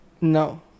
No